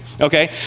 okay